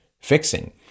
fixing